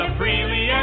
freely